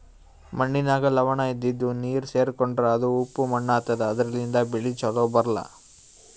ಮಣ್ಣಿನಾಗ್ ಲವಣ ಇದ್ದಿದು ನೀರ್ ಸೇರ್ಕೊಂಡ್ರಾ ಅದು ಉಪ್ಪ್ ಮಣ್ಣಾತದಾ ಅದರ್ಲಿನ್ಡ್ ಬೆಳಿ ಛಲೋ ಬರ್ಲಾ